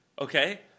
Okay